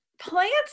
plants